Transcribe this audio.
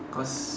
cause